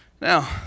Now